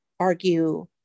argue